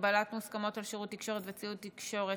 (הגבלות מוסכמות על שירות תקשורת וציוד תקשורת),